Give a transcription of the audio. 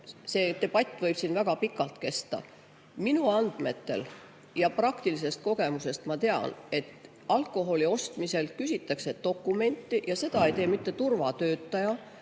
see debatt võib siin väga pikalt kesta. Minu andmetel – ja praktilisest kogemusest ma tean seda – alkoholi ostmisel küsitakse dokumenti ja seda ei tee mitte turvatöötaja,